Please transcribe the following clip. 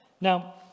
Now